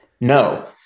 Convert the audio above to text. No